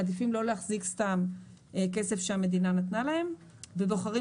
מעדיפים לא להחזיק סתם כסף שהמדינה נתנה להם ובוחרים